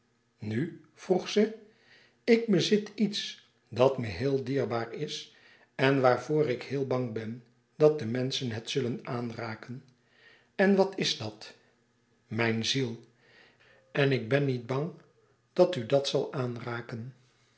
nu vroeg ze ik bezit iets dat me heel dierbaar is en waarvoor ik heel bang ben dat de menschen het zullen aanraken en wat is dat mijn ziel en ik ben niet bang dat u dat zal aanraken